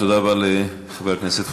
תודה רבה לחבר הכנסת פורר.